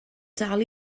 dal